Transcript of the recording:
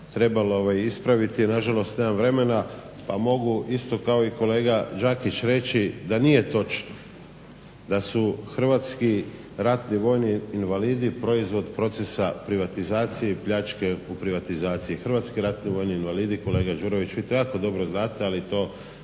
trebalo ispraviti ali nažalost nemam vremena, pa mogu isto kao i kolega Đakić reći da nije točno da su hrvatski ratni vojni invalidi proizvod procesa privatizacije i pljačke u privatizaciji. Hrvatski ratni vojni invalidi kolega Đuroviću, vi to jako dobro znate, ali to